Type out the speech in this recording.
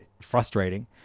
frustrating